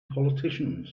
politicians